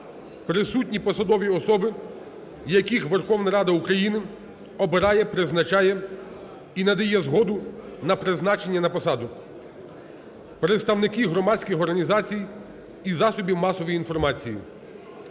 присутні посадові особи, яких Верховна Рада України обирає, призначає і надає згоду на призначення на посаду, представники громадських організацій і засобів масової інформації,